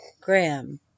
Graham